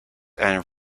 and